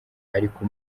ariko